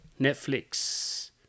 Netflix